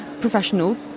professional